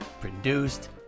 produced